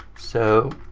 so,